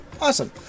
awesome